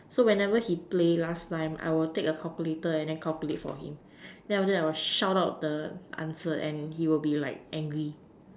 so whenever he play last time I will take a calculator and than calculate for him than after that I will shout out the answer and he will be like angry